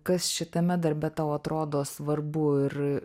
kas šitame darbe tau atrodo svarbu ir